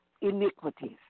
iniquities